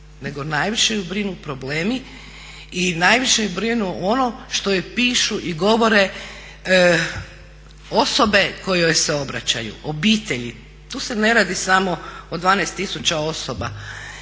nego najviše ju brinu problemi i najviše ih brinu ono što piše i govore osobe kojoj se obraćaju, obitelji. To se ne radi samo o 12 tisuća osoba